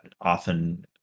often